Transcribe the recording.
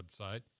website